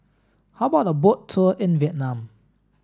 how about a boat tour in Vietnam